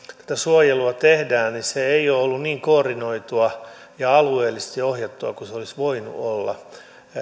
tätä suojelua tehdään niin se ei ole ollut niin koordinoitua ja alueellisesti ohjattua kuin se olisi voinut olla